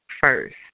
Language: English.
first